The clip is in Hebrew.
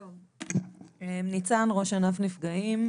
בבקשה.